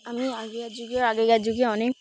আমি আগেকার যুগে আগেকার যুগে অনেক